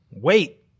wait